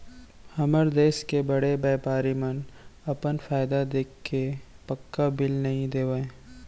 हमर देस के बड़े बैपारी मन अपन फायदा देखके पक्का बिल नइ देवय